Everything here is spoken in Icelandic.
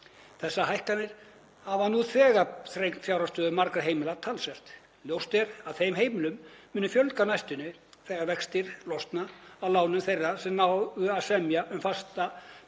Þessar hækkanir hafa nú þegar þrengt fjárhagsstöðu margra heimila talsvert. Ljóst er að þeim heimilum mun fjölga á næstunni þegar vextir losna á lánum þeirra sem náðu að semja um að festa